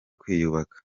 kwiyubaka